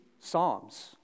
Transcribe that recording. Psalms